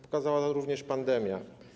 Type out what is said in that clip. Pokazała to również pandemia.